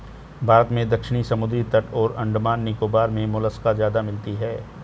भारत में दक्षिणी समुद्री तट और अंडमान निकोबार मे मोलस्का ज्यादा मिलती है